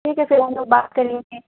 ٹھیک ہے پھر ہم لوگ بات کریں گے